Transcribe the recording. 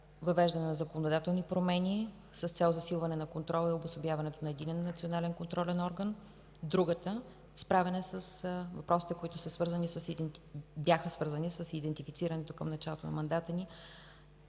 въвеждане на законодателни промени с цел засилване на контрола и обособяването на единен национален контролен орган. Другата е за справяне с въпросите, свързани с идентифицирането към началото на мандата ни